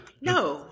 No